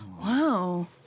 Wow